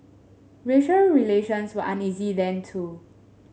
racial relations were uneasy then too